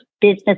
business